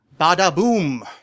Bada-boom